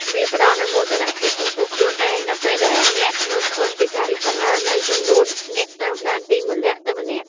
វាផ្តល់នូវមោទនភាពចំពោះខ្លួនឯងនៅពេលដែលអ្នកមើលឃើញពីការរីកចម្រើននៃចំនួនអ្នកតាមដានពីម្នាក់ទៅម្នាក់។